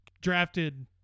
drafted